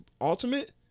Ultimate